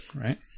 right